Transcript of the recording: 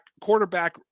quarterback